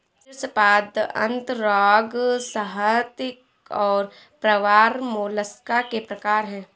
शीर्शपाद अंतरांग संहति और प्रावार मोलस्का के प्रकार है